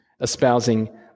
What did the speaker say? espousing